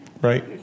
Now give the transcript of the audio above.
right